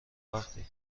وقتی